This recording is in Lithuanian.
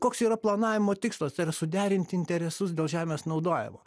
koks yra planavimo tikslas tai yra suderint interesus dėl žemės naudojimo